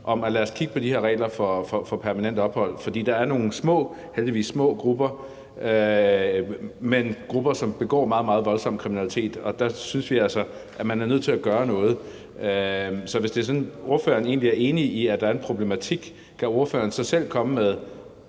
om, at vi bør kigge på de her regler for permanent ophold. For der er nogle få heldigvis små grupper, men grupper, som begår meget, meget voldsom kriminalitet. Og der synes vi altså, at man er nødt til at gøre noget. Så hvis det er sådan, at ordføreren egentlig er enig i, at der er en problematik, kan ordføreren så selv komme med